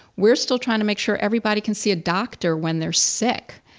we're still trying to make sure everybody can see a doctor when they're sick.